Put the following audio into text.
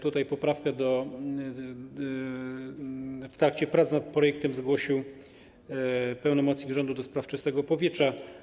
Tutaj poprawkę w trakcie prac nad projektem zgłosił pełnomocnik rządu ds. czystego powietrza.